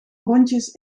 rondjes